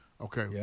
Okay